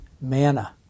manna